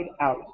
out